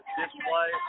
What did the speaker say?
display